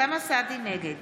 נגד